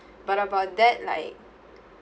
but about that like